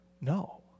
No